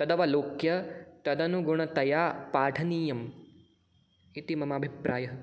तदवलोक्य तदनुगुणतया पाठनीयम् इति मम अभिप्रायः